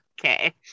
okay